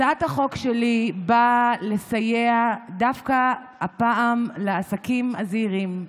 הצעת החוק שלי באה לסייע הפעם דווקא לעסקים הזעירים.